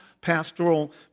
pastoral